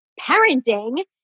parenting